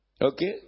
Okay